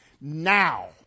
now